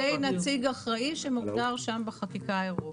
זה נעשה על ידי נציג אחראי שמוגדר שם בחקיקה האירופית.